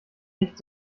nicht